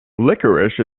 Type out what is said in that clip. licorice